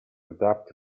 adopt